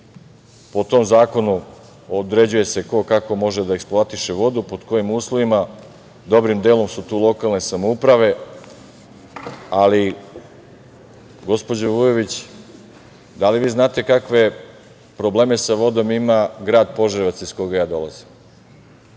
Po tom zakonu određuje se ko, kako može da eksploatiše vodu, pod kojim uslovima, dobrim delom su to lokalne samouprave. Gospođo Vujović, da li vi znate kakve probleme sa vodom ima grad Požarevac, iz koga ja dolazim?